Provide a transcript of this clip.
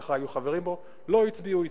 מפלגתך הייתם חברים בה, לא הצביעו אתנו,